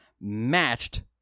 matched